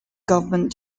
government